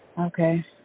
Okay